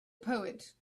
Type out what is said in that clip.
poet